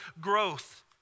growth